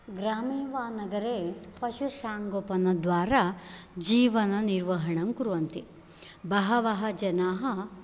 ग्रामे वा नगरे पशुसाङ्गोपनद्वारा जीवननिर्वहणं कुर्वन्ति बहवः जनाः